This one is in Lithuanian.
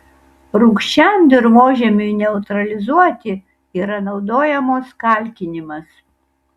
rūgščiam dirvožemiui neutralizuoti yra naudojamos kalkinimas